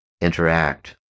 interact